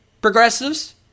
progressives